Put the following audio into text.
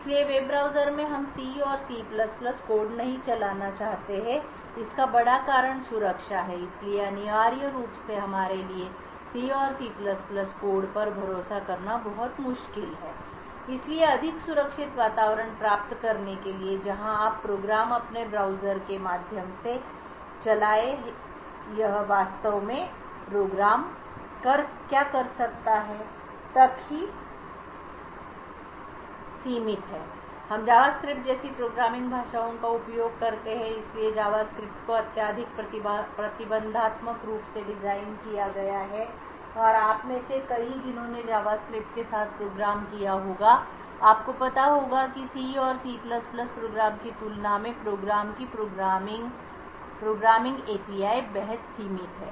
इसलिए web browser में हम C और C कोड नहीं चलाना चाहते हैं इसका बड़ा कारण सुरक्षा है इसलिए अनिवार्य रूप से हमारे लिए C और C कोड पर भरोसा करना बहुत मुश्किल है इसलिए अधिक सुरक्षित वातावरण प्राप्त करने के लिए जहां आप प्रोग्राम अपने ब्राउज़र के माध्यम से चलाएं यह वास्तव में प्रोग्राम क्या कर सकता है तक ही सीमित है हम जावास्क्रिप्ट जैसी प्रोग्रामिंग भाषाओं का उपयोग करते हैं इसलिए जावास्क्रिप्ट को अत्यधिक प्रतिबंधात्मक रूप से डिज़ाइन किया गया है और आप में से कई जिन्होंने जावास्क्रिप्ट के साथ प्रोग्राम किया होगा आपको पता होगा कि C और C प्रोग्राम की तुलना में प्रोग्राम की प्रोग्रामिंग प्रोग्रामिंग API बेहद सीमित है